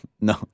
No